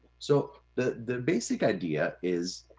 so the the basic idea is,